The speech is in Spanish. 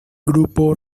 grupo